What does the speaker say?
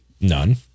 None